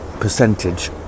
percentage